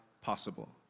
possible